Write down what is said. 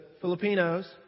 Filipinos